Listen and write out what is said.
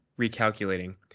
recalculating